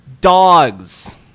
dogs